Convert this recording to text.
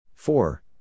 Four